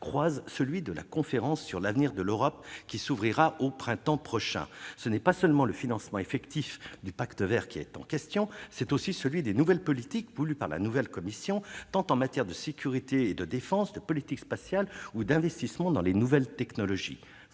croise celle de la conférence sur l'avenir de l'Europe qui s'ouvrira au printemps prochain. Ce n'est pas seulement le financement effectif du Pacte vert qui est en cause ; c'est aussi celui des nouvelles politiques voulues par la nouvelle Commission, en matière tant de sécurité et de défense que de politique spatiale ou d'investissements dans les nouvelles technologies.